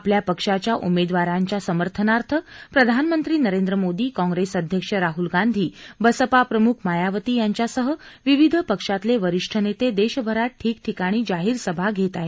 आपल्या पक्षाच्या उमेदवारांच्या समर्थनार्थ प्रधाननंत्री नरेंद्र मोदी काँग्रेस अध्यक्ष राहुल गांधी बसपा प्रमुख मायावती यांच्यासह विविध पक्षातले वरिष्ठ नेते देशभरात ठिकठिकाणी जाहीरसभा घेत आहेत